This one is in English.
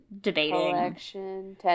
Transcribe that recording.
debating